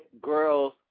girls